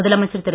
முதலமைச்சர் திரு